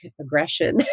aggression